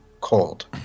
cold